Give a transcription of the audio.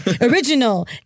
original